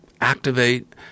activate